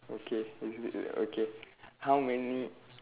okay okay how many